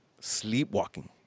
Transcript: sleepwalking